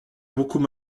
beaucoup